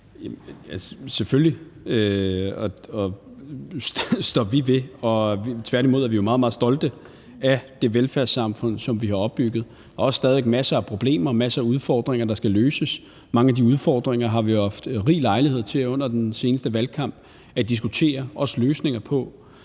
Selvfølgelig står vi ved og er meget, meget stolte af det velfærdssamfund, som vi har opbygget. Der er også stadig masser af problemer, masser af udfordringer, der skal løses. Mange af de udfordringer har vi haft rig lejlighed til også at diskutere løsninger på